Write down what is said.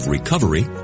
Recovery